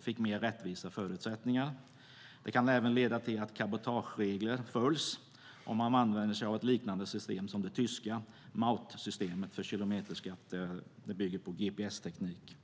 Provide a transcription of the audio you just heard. fick mer rättvisa förutsättningar. Det kan även leda till att cabotageregler följs, om man använder sig av ett liknande system som det tyska MAUT-systemet för kilometerskatt som bygger på gps-teknik.